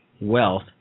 wealth